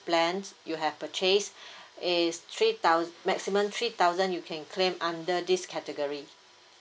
plan you have purchase is three thous~ maximum three thousand you can claim under this category